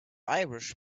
irish